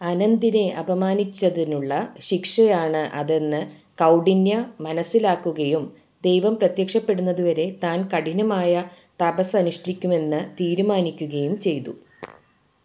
അനന്തിനെ അപമാനിച്ചതിനുള്ള ശിക്ഷയാണ് അതെന്ന് കൗഠിന്യ മനസ്സിലാക്കുകയും ദൈവം പ്രത്യക്ഷപ്പെടുന്നതുവരെ താൻ കഠിനമായ തപസ്സ് അനുഷ്ഠിക്കുമെന്ന് തീരുമാനിക്കുകയും ചെയ്തു